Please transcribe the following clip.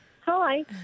Hi